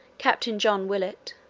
captain john willet,